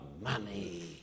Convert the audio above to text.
money